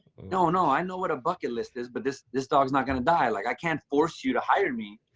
no, no, i know what a bucket list is, but this this dog is not going to die. like, i can't force you to hire me,